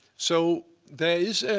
so there is a